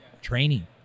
training